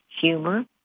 humor